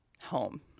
home